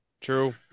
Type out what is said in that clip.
true